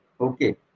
Okay